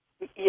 Yes